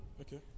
Okay